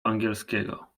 angielskiego